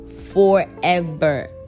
Forever